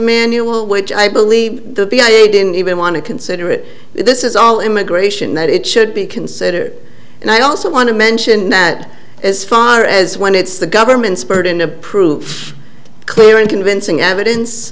manual which i believe the v a didn't even want to consider it this is all immigration that it should be considered and i also want to mention that as far as when it's the government's burden of proof clear and convincing evidence